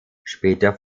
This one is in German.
später